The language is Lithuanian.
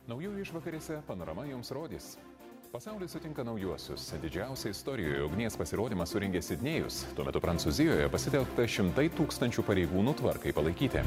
naujųjų išvakarėse panorama jums rodys pasaulis sutinka naujuosius didžiausią istorijoje ugnies pasirodymą surengė sidnėjus tuo metu prancūzijoje pasitelkta šimtai tūkstančių pareigūnų tvarkai palaikyti